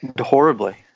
Horribly